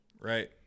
right